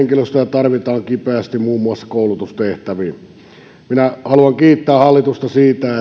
tarvitaan kipeästi muun muassa koulutustehtäviin minä haluan kiittää hallitusta siitä että se